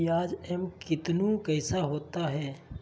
प्याज एम कितनु कैसा होता है?